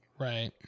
Right